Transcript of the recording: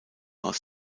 aus